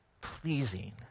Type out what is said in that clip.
pleasing